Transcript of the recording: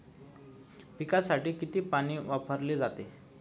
पिकांसाठी किती पाणी वापरले जाते?